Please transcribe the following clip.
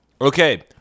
okay